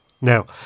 Now